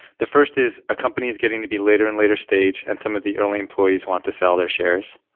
the first is a company is getting to be later in later stage, and some of the early employees want to sell their shares.